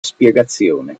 spiegazione